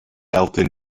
elton